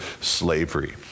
slavery